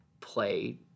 play